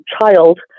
child